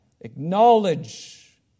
Acknowledge